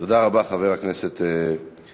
תודה רבה, חבר הכנסת זאב.